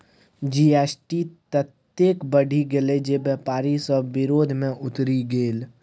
GST ततेक बढ़ि गेल जे बेपारी सभ विरोध मे उतरि गेल